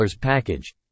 package